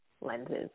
lenses